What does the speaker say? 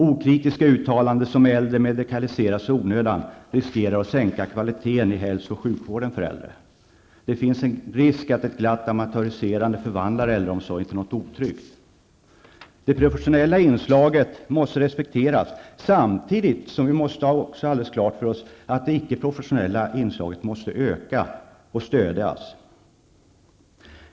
Okritiska uttalanden om att äldre blir föremål för medicinsk omsorg i onödan riskerar att sänka kvaliteten i hälso och sjukvården för äldre. Det finns en risk för att ett glatt amatöriserande förvandlar äldreomsorgen till något otryggt. Det professionella inslaget måste respekteras samtidigt som vi måste ha alldeles klart för oss att det icke-professionella inslaget måste öka och understödjas.